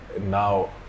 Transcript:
now